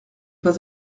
pas